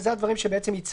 ואלו הדברים שהצהבנו